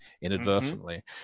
inadvertently